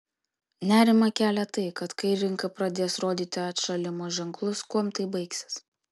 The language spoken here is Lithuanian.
nerimą kelia tai kad kai rinka pradės rodyti atšalimo ženklus kuom tai baigsis